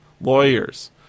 lawyers